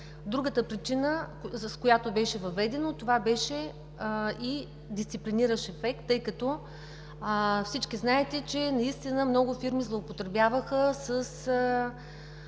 Другата причина, с която беше въведено това, беше и дисциплиниращият ефект, тъй като всички знаете, че наистина много фирми злоупотребяваха с